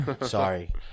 Sorry